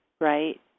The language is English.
right